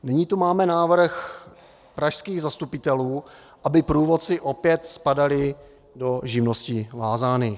Nyní tu máme návrh pražských zastupitelů, aby průvodci opět spadali do živností vázaných.